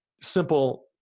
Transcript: simple